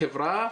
זו חברה,